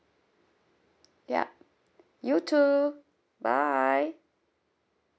yup you too bye